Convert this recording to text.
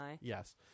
Yes